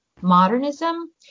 modernism